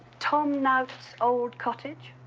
tom nowt's old cottage.